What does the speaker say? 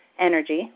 energy